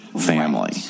family